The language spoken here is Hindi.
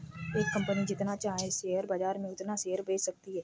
एक कंपनी जितना चाहे शेयर बाजार में उतना शेयर बेच सकती है